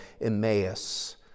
Emmaus